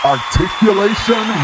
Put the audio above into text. Articulation